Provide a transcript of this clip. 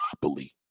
properly